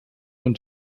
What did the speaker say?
und